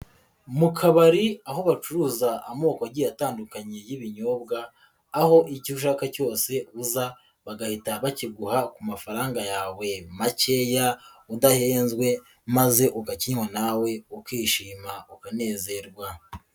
Mu kabari aho bacuruza amoko agiye atandukanye y'ibinyobwa, aho icyo ushaka cyose uza bagahita bakiguha ku mafaranga yawe makeya, udahenzwe maze ukakinywa nawe ukishima ukanezerwa.